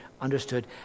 understood